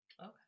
Okay